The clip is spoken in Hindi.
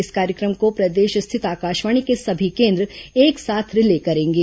इस कार्यक्रम को प्रदेश स्थित आकाशवाणी के सभी केन्द्र एक साथ रिले करेंगे